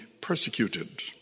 persecuted